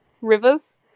rivers